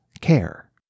care